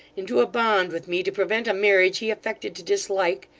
into a bond with me to prevent a marriage he affected to dislike,